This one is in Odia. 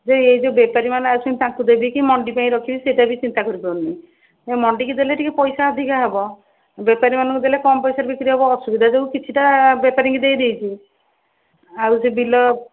ଯେ ଏଇ ଯେଉଁ ବେପାରୀମାନେ ଆସୁଛନ୍ତି ତାଙ୍କୁ ଦେବି କି ମଣ୍ଡି ପାଇଁ ରଖିବି ସେଇଟା ବି ଚିନ୍ତା କରିପାରୁନି ମଣ୍ଡିକି ଦେଲେ ଟିକିଏ ପଇସା ଅଧିକା ହବ ବେପାରୀମାନଙ୍କୁ ଦେଲେ କମ୍ ପଇସାରେ ବିକ୍ରି ହବ ଅସୁବିଧା ଯେଉଁ କିଛିଟା ବେପାରୀଙ୍କି ଦେଇଦେଇଛି ଆଉ ସେ ବିଲ